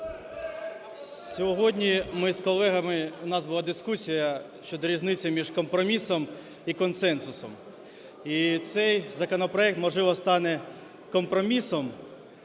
Сьогодні ми з колегами, у нас була дискусія щодо різниці між компромісом і консенсусом. І цей законопроект, можливо, стане компромісом